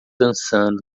dançando